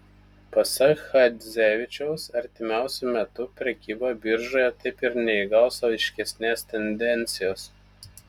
pasak chadzevičiaus artimiausiu metu prekyba biržoje taip ir neįgaus aiškesnės tendencijos